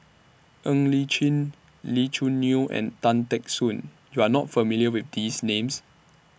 Ng Li Chin Lee Choo Neo and Tan Teck Soon YOU Are not familiar with These Names